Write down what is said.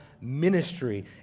ministry